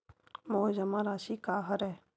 मोर जमा राशि का हरय?